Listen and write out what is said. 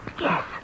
Yes